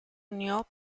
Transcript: unió